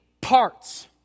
parts